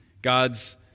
God's